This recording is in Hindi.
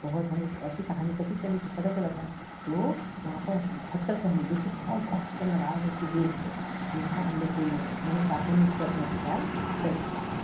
बहुत हमको ऐसी कहानी पती चली थी पता चला था तो वहाँ पर पत्थर तो हमने देखी बहुत बड़ा पत्थर लगाया है उसको गेट पर कि वहाँ अंदर कोई नहीं जा मने शासन ने इस पर अपना अधिकार कर लिया है